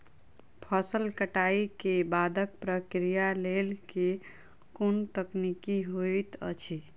फसल कटाई केँ बादक प्रक्रिया लेल केँ कुन तकनीकी होइत अछि?